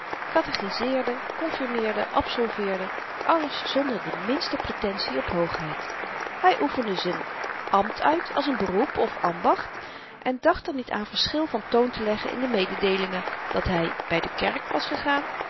katechizeerde konfirmeerde absolveerde alles zonder de minste pretensie op hoogheid hy oefende z'n ambt uit als n beroep of ambacht en dacht er niet aan verschil van toon te leggen in de mededeelingen dat hy by de kerk was gegaan